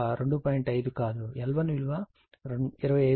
5 కాదు L1 విలువ 25 అవుతుంది